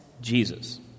Jesus